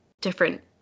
different